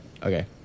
Okay